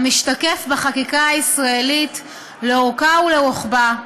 המשתקף בחקיקה הישראלית לאורכה ולרוחבה,